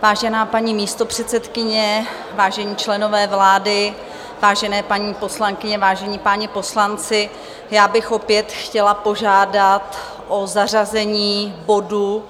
Vážená paní místopředsedkyně, vážení členové vlády, vážené paní poslankyně, vážení páni poslanci, já bych opět chtěla požádat o zařazení bodu